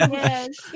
yes